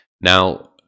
now